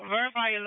Verify